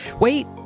Wait